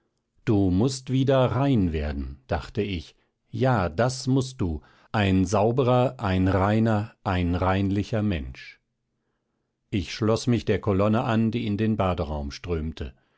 du mußt wieder rein werden dachte ich ja das mußt du ein sauberer ein reiner ein reinlicher mensch ich schloß mich der kolonne an die in den baderaum strömte